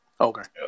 Okay